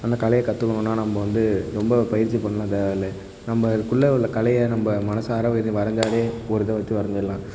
அந்த கலையை கற்றுக்கணுன்னா நம்ம வந்து ரொம்ப பயிற்சி பண்ண தேவையில்லை நம்மளுக்குள்ள உள்ள கலையை நம்ம மனசார வெரு வரைஞ்சாலே ஒரு இதை வந்து வரைஞ்சிரலாம்